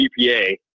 GPA